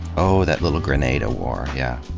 oh, that little grenada war, yeah.